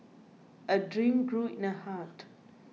a dream grew in her heart